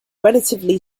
relatively